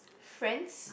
friends